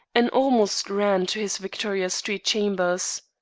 and almost ran to his victoria street chambers.